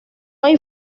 hay